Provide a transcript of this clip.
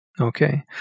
Okay